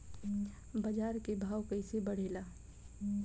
बाजार के भाव कैसे बढ़े ला?